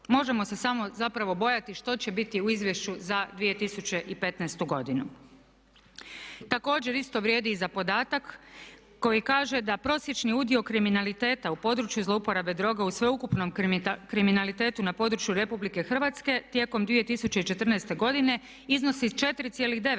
Možemo se samo zapravo bojati što će biti u izvješću za 2015. godinu. Također isto vrijedi i za podatak koji kaže da prosječni udio kriminaliteta u području zlouporabe droga u sveukupnom kriminalitetu na području Republike Hrvatske tijekom 2014. godine iznosi 4,9%,